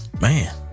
Man